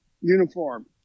uniform